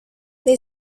they